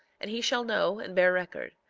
and he shall know and bear record.